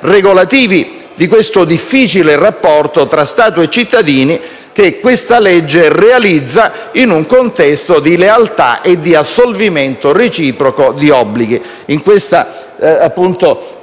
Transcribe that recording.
regolativi di questo difficile rapporto tra Stato e cittadini, che questo testo normativo realizza in un contesto di realtà e di assolvimento reciproco di obblighi. In questa